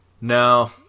no